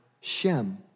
Shem